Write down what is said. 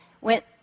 went